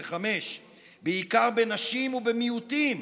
בעיקר בנשים ובמיעוטים,